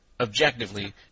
Objectively